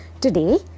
today